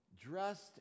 dressed